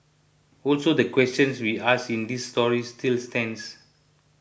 also the questions we ask in this story still stands